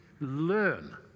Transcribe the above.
Learn